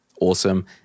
Awesome